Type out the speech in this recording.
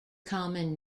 common